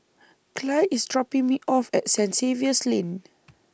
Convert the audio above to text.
Clide IS dropping Me off At Saint Xavier's Lane